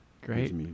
great